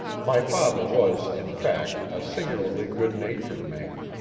my father was, in fact, a singularly good-natured man,